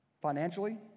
financially